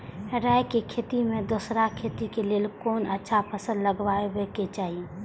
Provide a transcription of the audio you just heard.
राय के खेती मे दोसर खेती के लेल कोन अच्छा फसल लगवाक चाहिँ?